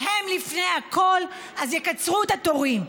הם לפני הכול, אז יקצרו את התורים.